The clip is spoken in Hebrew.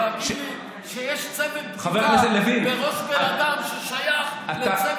להגיד לי שיש צוות בדיקה בראש בן אדם ששייך לצוות